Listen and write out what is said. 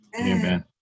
amen